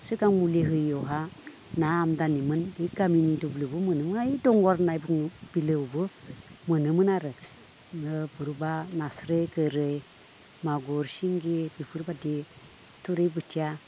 सिगां मुलि होयियावहा ना आमदानि मोनोमोन बे गामिनि दुब्लियावबो मोनोहाय दंगर होननाय बिलोआवबो मोनोमोन आरो गुरब्ला नास्राय गोरै मागुर सिंगि बेफोरबादि थुरि बोथिया